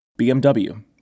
BMW